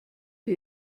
bei